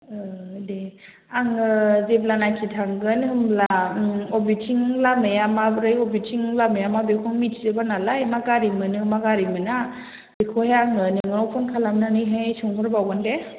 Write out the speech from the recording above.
दे आङो जेब्लानाखि थांगोन होमब्ला बबेथिं लामाया माबोरै बबेथिं लामाया माबोरै बेखौ मोन्थिजोबा नालाय मा गारि मोनो मा गारि मोना बेखौहाय आङो नोंनाव फन खालामनानैहाय सोंहरबावगोन दे